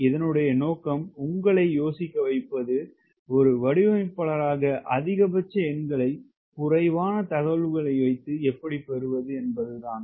இதனுடைய நோக்கம் உங்களை யோசிக்க வைப்பது ஒரு வடிவமைப்பாளராக அதிகபட்ச எண்களை குறைவான தகவல்களை வைத்து எப்படி பெறுவது என்பதுதான்